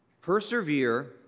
Persevere